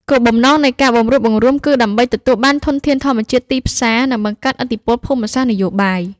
គោលបំណងនៃការបង្រួបបង្រួមគឺដើម្បីទទួលបានធនធានធម្មជាតិ ទីផ្សារ និងបង្កើនឥទ្ធិពលភូមិសាស្ត្រនយោបាយ។